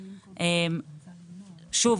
שוב,